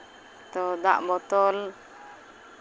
ᱛᱳ ᱫᱟᱜ ᱵᱳᱛᱚᱞ